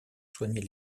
soigner